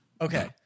Okay